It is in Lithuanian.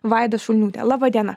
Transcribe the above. vaida šulniūtė laba diena